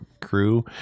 crew